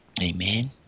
Amen